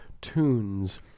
tunes